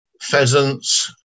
pheasants